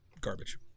garbage